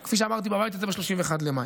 בבית הזה, כפי שאמרתי, ב-31 במאי.